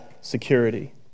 security